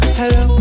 hello